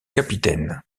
capitaine